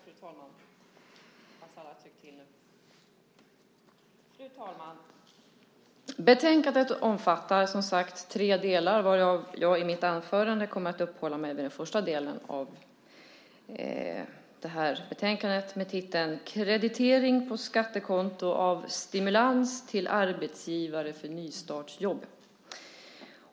Fru talman! Betänkandet om kreditering på skattekonto av stimulans till arbetsgivare för nystartsjobb omfattar som sagt tre delar, varav jag i mitt anförande kommer att uppehålla mig vid den första.